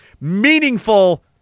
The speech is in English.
meaningful